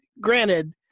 granted